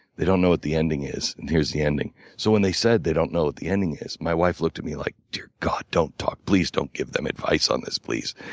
they don't know what the ending is, and here's the ending. so when they said they don't know what the ending is, my wife looked at me like dear god, don't talk please don't give them advice on this, please.